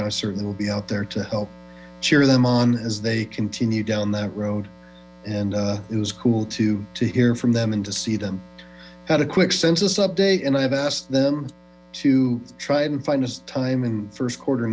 and i certainly will be out there to help cheer them on as they continue down that road and it was cool too to hear from them and to see them had a quick census update and i've asked them to try and find time and first quarter